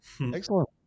excellent